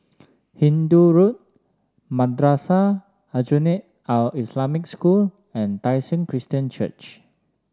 Hindoo Road Madrasah Aljunied Al Islamic School and Tai Seng Christian Church